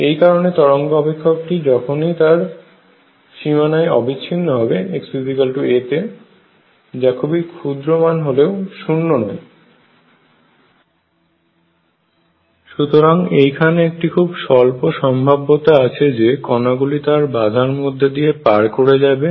এই কারণে তরঙ্গ আপেক্ষক টি যখনই তার সীমানায় অবিচ্ছিন্ন হবে xa তে যা খুবই ক্ষুদ্র মান হলেও শূন্য নয় সুতরাং এইখানে একটি খুব স্বল্প সম্ভাব্যতা আছে যে কণাগুলি তার বাঁধার মধ্য দিয়ে পার করে যাবে